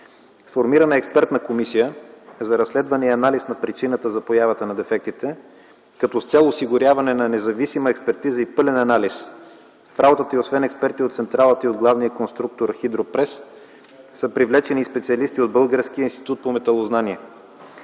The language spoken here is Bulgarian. Сформирана е експертна комисия за разследване и анализ на причината за появата на дефектите, като с цел осигуряване на независима експертиза и пълен анализ в работата й, освен експерти от централата и от главния конструктор „Хидропрес” са привлечени специалисти от българския Институт по металознание.